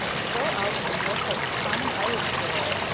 to go out and work like a common irish girl!